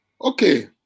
Okay